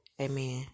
Amen